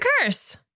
Curse